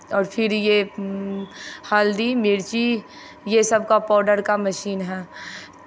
और फिर ये हल्दी मिर्ची ये सबका पाउडर का मशीन है